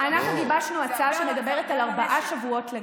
אנחנו גיבשנו הצעה שמדברת על ארבעה שבועות לגבר.